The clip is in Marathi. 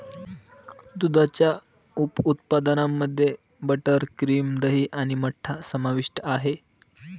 दुधाच्या उप उत्पादनांमध्ये मध्ये बटर, क्रीम, दही आणि मठ्ठा समाविष्ट आहे